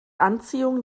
anziehung